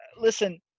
listen